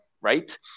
right